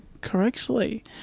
correctly